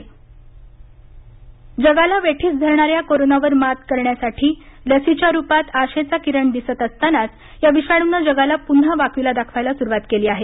नवा विषाण् जगाला वेठीस धरणाऱ्या कोरोनावर मात करण्यासाठी लसीच्या रुपात आशेचा किरण दिसत असतानाच या विषाणून जगाला पुन्हा वाकुल्या दाखवायला सुरूवात केली आहे